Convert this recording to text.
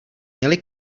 měli